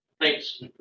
Thanks